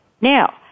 Now